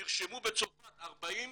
נרשמו בצרפת 40,